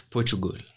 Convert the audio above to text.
Portugal